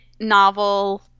novel